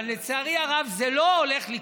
אבל לצערי הרב זה לא הולך לקרות.